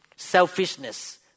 Selfishness